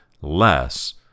less